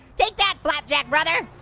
take that, flapjack brother.